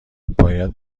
باید